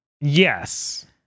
Yes